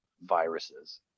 viruses